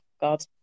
god